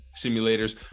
simulators